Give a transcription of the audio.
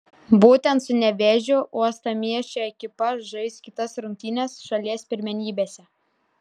būtent su nevėžiu uostamiesčio ekipa žais kitas rungtynes šalies pirmenybėse